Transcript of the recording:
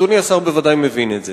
ואדוני השר בוודאי מבין את זה.